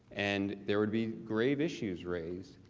and there would be grave issues raised,